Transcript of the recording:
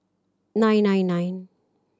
nine nine nine